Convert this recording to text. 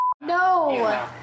No